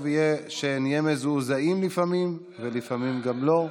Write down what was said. טוב שנהיה מזועזעים לפעמים, ולפעמים גם לא,